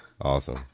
awesome